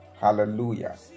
Hallelujah